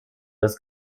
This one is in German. das